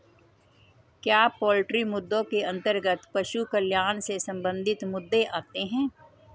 क्या पोल्ट्री मुद्दों के अंतर्गत पशु कल्याण से संबंधित मुद्दे आते हैं?